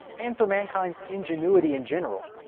and for mankind's ingenuity in general,